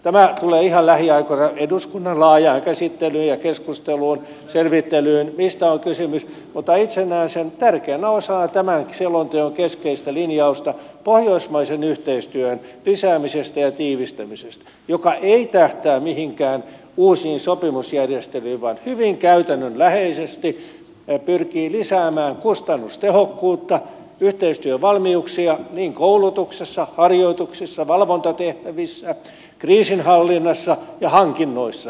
tämä tulee ihan lähiaikoina eduskunnan laajaan käsittelyyn ja keskusteluun selvittelyyn mistä on kysymys mutta itse näen sen tärkeänä osana tämän selonteon keskeistä linjausta pohjoismaisen yhteistyön lisäämisestä ja tiivistämisestä joka ei tähtää mihinkään uusiin sopimusjärjestelyihin vaan hyvin käytännönläheisesti pyrkii lisäämään kustannustehokkuutta yhteistyövalmiuksia niin koulutuksessa harjoituksissa valvontatehtävissä kriisinhallinnassa ja hankinnoissa